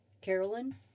Carolyn